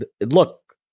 look